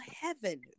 heaven